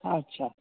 अच्छा